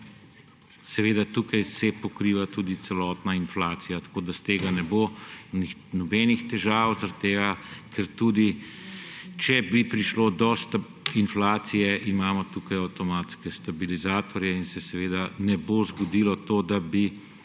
Seveda se tukaj pokriva tudi celotna inflacija, tako da iz tega ne bo nobenih težav, zaradi tega ker imamo, tudi če bi prišlo do inflacije, tukaj avtomatske stabilizatorje in se ne bo zgodilo to, da bi